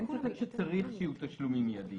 אין ספק שצריך שיהיו תשלומים מיידיים.